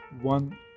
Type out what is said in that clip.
one